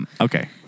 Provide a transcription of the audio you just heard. Okay